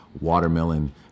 watermelon